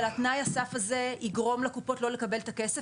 תנאי הסף הזה יגרום לקופות לא לקבל את הכסף